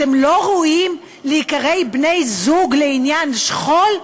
אתם לא ראויים להיקרא בני-זוג לעניין שכול?